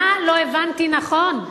מה לא הבנתי נכון.